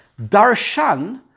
darshan